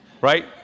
right